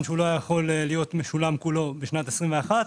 שהוא לא היה יכול להיות משולם כולו בשנת 21'